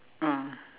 ah